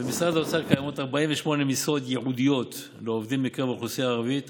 במשרד האוצר קיימות 48 משרות ייעודיות לעובדים מקרב האוכלוסייה הערבית,